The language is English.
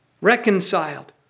reconciled